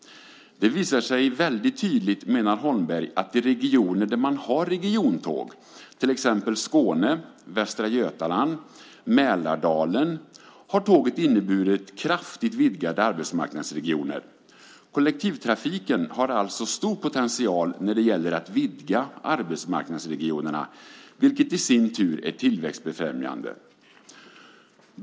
Det visar sig väldigt tydligt, menar Holmberg, att i regioner där man har regiontåg, till exempel Skåne, Västra Götaland och Mälardalen, har tåget inneburit kraftigt vidgade arbetsmarknadsregioner. Kollektivtrafiken har alltså stor potential när det gäller att vidga arbetsmarknadsregionerna, vilket i sin tur är tillväxtbefrämjande.